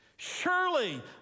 Surely